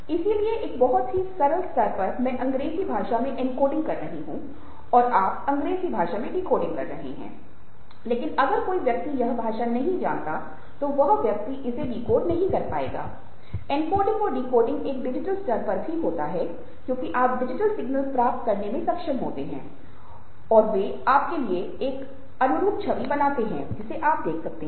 इसलिए एक बहुत ही सरल स्तर पर मैं अंग्रेजी भाषा में एन्कोडिंग कर रहा हूं और आप अंग्रेजी भाषा में डिकोडिंग कर रहे हैं लेकिन अगर कोई व्यक्ति यह भाषा नहीं जानता है तो वह व्यक्ति इसे डिकोड नहीं कर पायेगा एन्कोडिंग और डिकोडिंग एक डिजिटल स्तर पर भी होता है क्योंकि आप डिजिटल सिग्नल प्राप्त करने में सक्षम होते हैं और वे आपके लिए एक अनुरूप छवि बनाते हैं जिसे आप देख सकते हैं